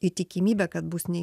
į tikimybę kad bus ne